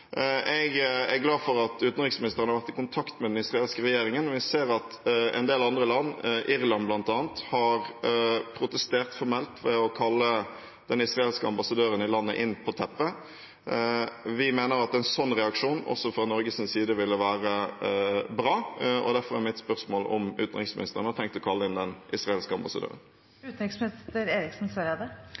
Jeg er glad for at utenriksministeren har vært i kontakt med den israelske regjeringen, og vi ser at en del andre land, Irland bl.a., har protestert formelt ved å kalle den israelske ambassadøren i landet inn på teppet. Vi mener at en sånn reaksjon også fra Norges side ville være bra. Derfor er mitt spørsmål om utenriksministeren har tenkt å kalle inn den israelske